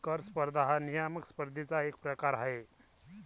कर स्पर्धा हा नियामक स्पर्धेचा एक प्रकार आहे